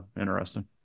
interesting